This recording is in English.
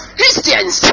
Christians